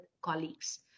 colleagues